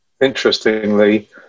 interestingly